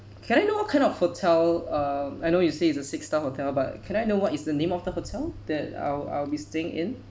can I know what kind of hotel uh I know you say it's a six star hotel but can I know what is the name of the hotel that I'll I'll be staying in